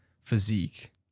physique